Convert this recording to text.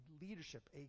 leadership